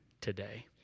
today